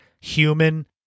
human